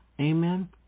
Amen